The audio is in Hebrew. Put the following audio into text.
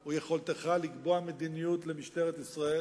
או יכולתך, לקבוע מדיניות למשטרת ישראל,